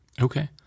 Okay